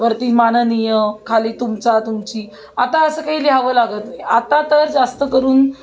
वरती माननीय खाली तुमचा तुमची आता असं काही लिहावं लागत नाही आता तर जास्त करून